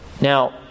Now